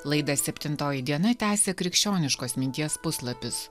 laidą septintoji diena tęsia krikščioniškos minties puslapis